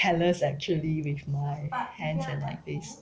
careless actually with my hands and like this